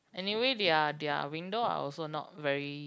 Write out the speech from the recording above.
anyway their their window are also not very